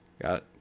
got